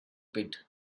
pit